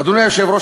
אדוני היושב-ראש,